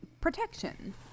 protection